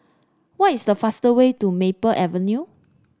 what is the fastest way to Maple Avenue